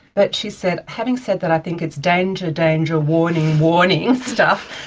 but she said, having said that i think it's danger, danger, warning, warning stuff,